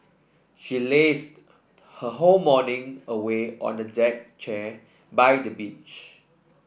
she lazed her whole morning away on a deck chair by the beach